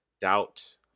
Doubt